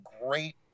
great